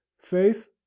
Faith